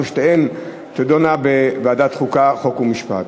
לדיון מוקדם בוועדת הכנסת נתקבלה.